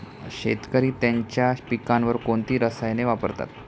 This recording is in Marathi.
शेतकरी त्यांच्या पिकांवर कोणती रसायने वापरतात?